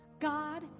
God